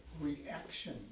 reaction